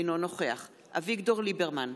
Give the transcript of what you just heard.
אינו נוכח אביגדור ליברמן,